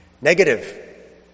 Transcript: Negative